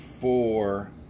four